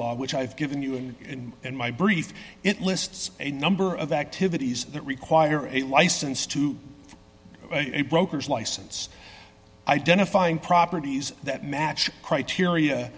law which i've given you and in my brief it lists a number of activities that require a license to brokers license identifying properties that match criteria